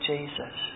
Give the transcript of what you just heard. Jesus